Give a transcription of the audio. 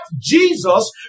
Jesus